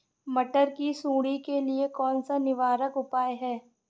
मटर की सुंडी के लिए कौन सा निवारक उपाय है?